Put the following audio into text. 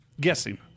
Guessing